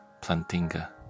Plantinga